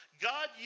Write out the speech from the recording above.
God